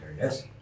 yes